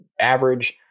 average